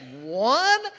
one